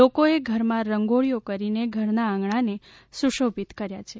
લોકોએ ઘરમાં રંગોળીઓ કરીને ઘરના આંગણાને સુશોભિત કર્યા છે